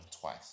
twice